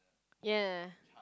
ya